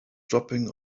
dropping